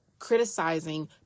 criticizing